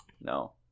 no